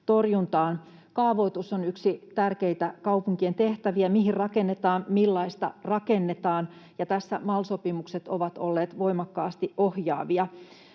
Kaavoitus on yksi tärkeitä kaupunkien tehtäviä — mihin rakennetaan, millaista rakennetaan — ja tässä MAL-sopimukset ovat olleet voimakkaasti ohjaavia.